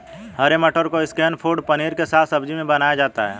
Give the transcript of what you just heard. हरे मटर को snack food paneer के साथ सब्जी में बनाया जाता है